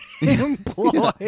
employ